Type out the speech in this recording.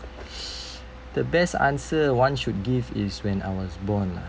the best answer one should give is when I was born lah